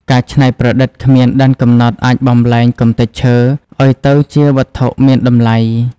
ការច្នៃប្រឌិតគ្មានដែនកំណត់អាចបំប្លែងកម្ទេចឈើឱ្យទៅជាវត្ថុមានតម្លៃ។